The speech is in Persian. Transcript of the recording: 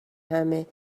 همه